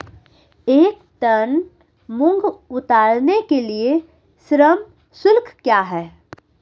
एक टन मूंग उतारने के लिए श्रम शुल्क क्या है?